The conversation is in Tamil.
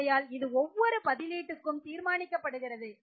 ஆகையால் இது ஒவ்வொரு பதிலீட்டுக்கும் தீர்மானிக்கப்படுகிறது